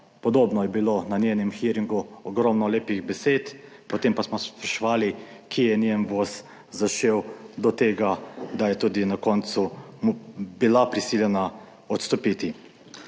podobno je bilo na njenem hearingu, ogromno lepih besed, potem pa smo se spraševali, kje je njen voz zašel do tega, da je tudi na koncu bila prisiljena odstopiti.